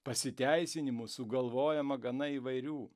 pasiteisinimų sugalvojama gana įvairių